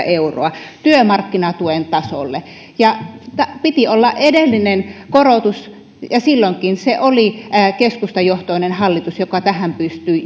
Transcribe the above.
euroa työmarkkinatuen tasolle ja kun oli edellinen korotus silloinkin se oli keskustajohtoinen hallitus joka tähän pystyi